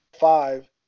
five